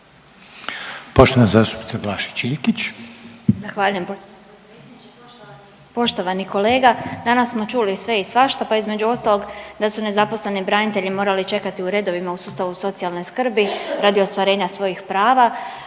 Poštovani kolega danas smo čuli sve i svašta, pa između ostalog da su nezaposleni branitelji morali čekati u redovima u sustavu socijalne skrbi radi ostvarenja svojih prava,